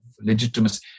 legitimacy